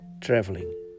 traveling